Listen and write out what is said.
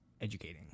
educating